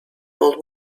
old